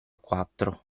quattro